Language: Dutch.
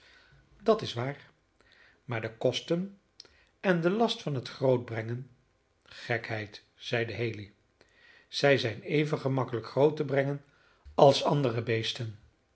dat is waar maar de kosten en de last van het grootbrengen gekheid zeide haley zij zijn even gemakkelijk groot te brengen als andere beesten